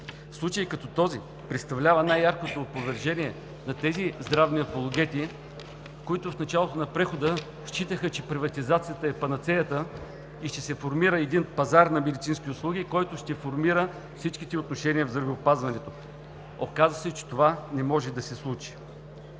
Случай като този представлява най-яркото опровержение на тези здравни апологети, които в началото на прехода считаха, че приватизацията е панацеята и ще се формира един пазар на медицински услуги, който ще формира всичките отношения в здравеопазването. Оказа се, че това не може да се случи.